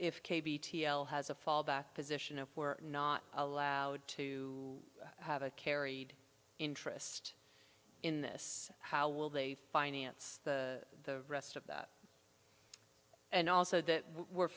if has a fallback position if we're not allowed to have a carried interest in this how will they finance the rest of that and also that